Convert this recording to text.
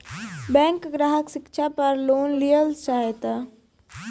Bank ग्राहक शिक्षा पार लोन लियेल चाहे ते?